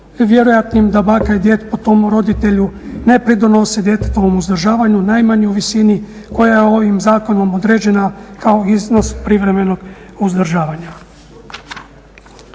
vjerojatnim da baka i djed po tom roditelju ne pridonose djetetovu uzdržavanju najmanje u visini koja je ovim zakonom određena kao iznos privremenog uzdržavanja.